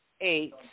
eight